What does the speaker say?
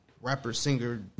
rapper-singer